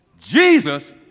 Jesus